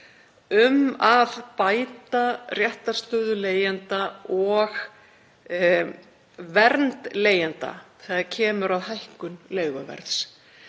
um að bæta réttarstöðu leigjenda og vernd leigjenda þegar kemur að hækkun leiguverðs.